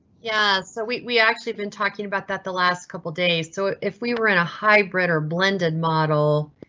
yeah, so we we actually been talking about that the last couple days. so if we were in a hybrid or blended model.